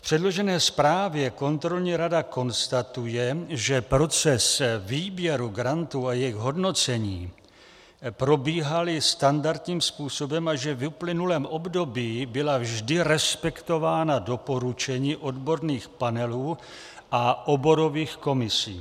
V předložené zprávě kontrolní rada konstatuje, že proces výběru grantů a jejich hodnocení probíhaly standardním způsobem a že v uplynulém období byla vždy respektována doporučení odborných panelů a oborových komisí.